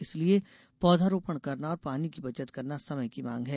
इसलिए पौधा रोपण करना और पानी की बचत करना समय की माँग है